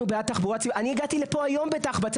אני הגעתי לפה היום בתחב"צ,